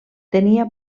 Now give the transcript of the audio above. tenia